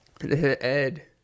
Ed